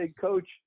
coach